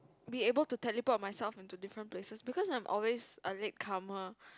be able to teleport myself into different places because I'm always a latecomer